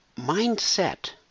mindset